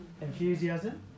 Enthusiasm